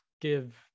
give